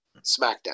SmackDown